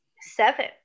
seven